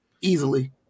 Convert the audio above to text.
Easily